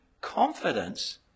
confidence